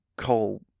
Call